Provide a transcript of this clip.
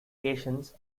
cations